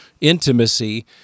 intimacy